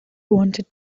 wanted